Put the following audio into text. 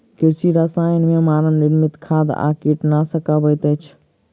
कृषि रसायन मे मानव निर्मित खाद आ कीटनाशक अबैत अछि